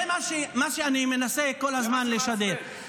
זה מה שאני מנסה כל הזמן לשדר.